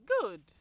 Good